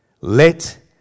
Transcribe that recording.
Let